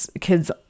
kids